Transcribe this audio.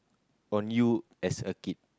on you as a kid